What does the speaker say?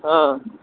ହଁ